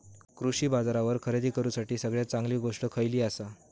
कृषी बाजारावर खरेदी करूसाठी सगळ्यात चांगली गोष्ट खैयली आसा?